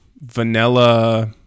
vanilla